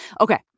Okay